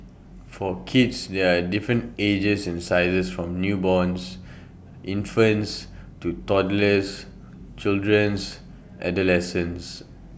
for kids there're different ages and sizes from newborns infants to toddlers children's adolescents